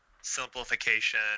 simplification